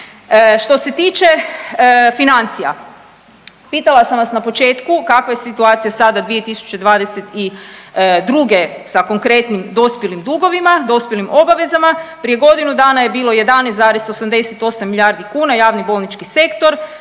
Što se tiče financija, pitala sam vas na početku kakva je situacija sada 2022. sa konkretnim dospjelim dugovima i dospjelim obavezama, prije godinu dana je bilo 11,88 milijardi kuna, javni bolnički sektor,